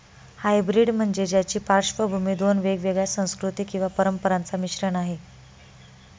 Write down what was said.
hybrid म्हणजे ज्याची पार्श्वभूमी दोन वेगवेगळ्या संस्कृती किंवा परंपरांचा मिश्रण आहे